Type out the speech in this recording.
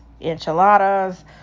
enchiladas